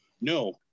No